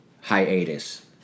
hiatus